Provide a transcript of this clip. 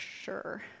sure